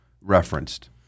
referenced